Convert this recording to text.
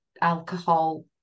alcohol